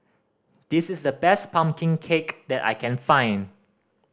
this is the best pumpkin cake that I can find